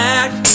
act